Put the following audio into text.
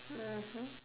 mmhmm